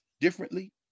differently